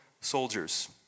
soldiers